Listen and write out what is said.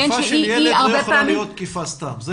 תקיפה של ילד לא יכולה להיות תקיפה סתם.